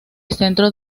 centro